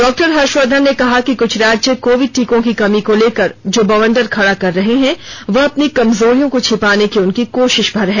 doctor Harshvardhan ने कहा कि कृछ राज्य कोविड टीकों की कमी को लेकर जो बवंडर खड़ा कर रहे हैं वह अपनी कमजोरियों को छिपाने की उनकी कोशिश भर है